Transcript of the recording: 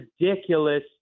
ridiculous